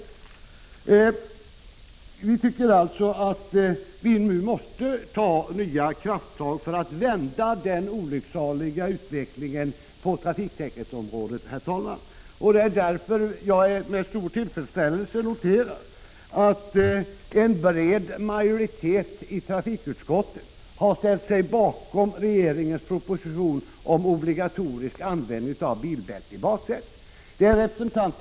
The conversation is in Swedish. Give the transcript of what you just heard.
Herr talman! Vi tycker alltså att vi nu måste ta nya krafttag för att vända den olycksaliga utvecklingen på trafiksäkerhetsområdet. Det är därför jag med stor tillfredsställelse noterar att en bred majoritet i trafikutskottet har ställt sig bakom regeringens proposition om obligatorisk användning av bilbälte i baksätet.